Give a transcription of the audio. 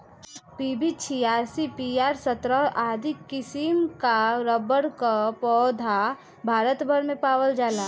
PB छियासी, PR सत्रह आदि किसिम कअ रबड़ कअ पौधा भारत भर में पावल जाला